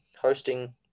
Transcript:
hosting